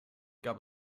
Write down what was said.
gab